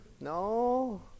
no